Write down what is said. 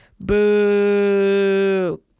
Boo